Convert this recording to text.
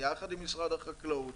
יחד עם משרד החקלאות.